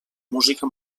música